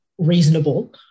reasonable